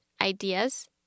ideas